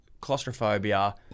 claustrophobia